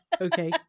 Okay